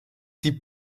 die